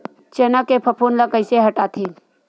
चना के फफूंद ल कइसे हटाथे?